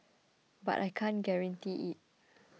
but I can't guarantee it